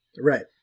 right